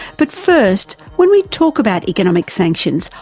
but first, when we talk about economic sanctions,